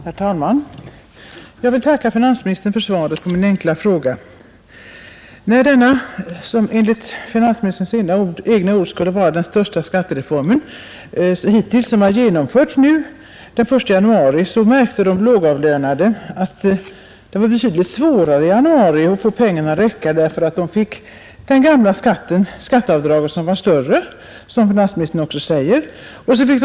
Herr talman! Jag vill tacka finansministern för svaret på min enkla fråga. När den skattereform, som enligt finansministerns egna ord skulle vara den största hittills, hade genomförts den 1 januari märkte de lågavlönade att det var betydligt svårare under den månaden att få pengarna att räcka. De fick nämligen vidkännas skatteavdrag enligt de gamla tabellerna — och som finansministern säger är tillämpningen av dem ofta ofördelaktig.